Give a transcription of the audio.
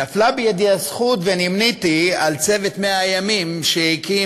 נפלה בידי הזכות ונמניתי עם "צוות 100 הימים" שהקים